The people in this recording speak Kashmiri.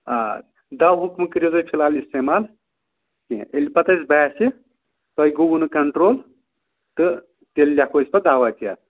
آ دَوہُکھ مہٕ کٔرِو تُہۍ فِلحال اِستعمال کیٚنہہ ییٚلہِ پَتہٕ اَسہِ باسہِ تۄہہِ گوٚوُ نہٕ کَنٹرٛول تہٕ تیٚلہِ لیکھو أسۍ پَتہٕ دَوا تہِ اَتھ